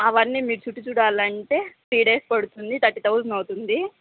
అవన్నీ మీరు చుట్టి చూడాలంటే త్రీ డేస్ పడుతుంది థర్టీ థౌజండ్ అవుతుంది